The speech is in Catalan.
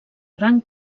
gran